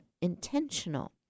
intentional